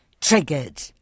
triggered